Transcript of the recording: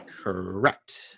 correct